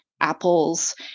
apples